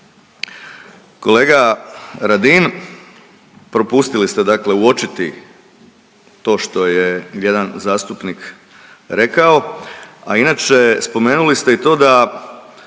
Kolega Radin propustili ste uočiti to što je jedan zastupnik rekao, a inače spomenuli ste i to da